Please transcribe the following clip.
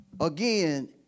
Again